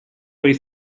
way